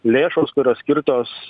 lėšos kurios skirtos